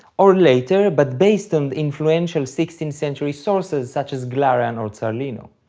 or later, but based on influential sixteenth century sources such as glarean or zarlino.